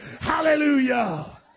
Hallelujah